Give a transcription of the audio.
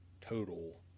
total